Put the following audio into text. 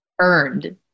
earned